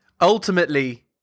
Ultimately